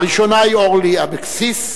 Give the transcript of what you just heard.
הראשונה היא אורלי אבקסיס לוי,